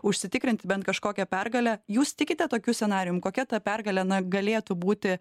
užsitikrinti bent kažkokią pergalę jūs tikite tokiu scenarijum kokia ta pergalė na galėtų būti